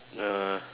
no